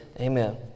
Amen